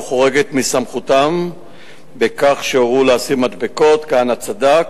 חורגת מסמכותם בכך שהורו להסיר מדבקות "כהנא צדק",